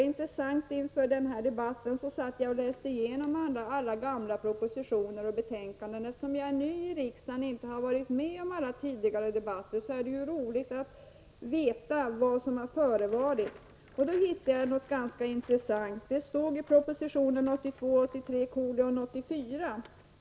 Inför den här debatten läste jag igenom alla gamla propositioner och betänkanden i frågan. Eftersom jag är ny i riksdagen och inte har varit med om tidigare debatter ville jag gärna veta vad som har förevarit. Då hittade jag något ganska intressant i proposition 1982/83:84.